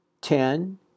ten